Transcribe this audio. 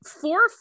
four